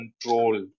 control